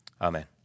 Amen